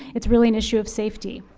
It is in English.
it's really an issue of safety.